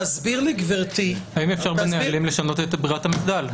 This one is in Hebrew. תסביר לי גברתי --- האם אפשר בנהלים לשנות את ברירת המחדל.